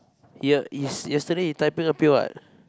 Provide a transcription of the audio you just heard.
he he's yesterday he typing appeal what